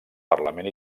parlament